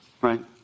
Right